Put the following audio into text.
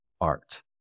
art